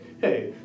Hey